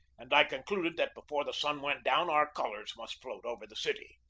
and i concluded that before the sun went down our colors must float over the city.